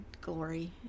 glory